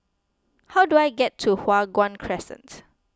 how do I get to Hua Guan Crescent